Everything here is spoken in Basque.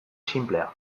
sinplea